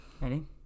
Ready